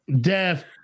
death